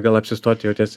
gal apsistoti jau ties